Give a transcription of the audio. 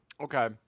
okay